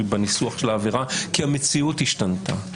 בניסוח של העבירה כי המציאות השתנתה.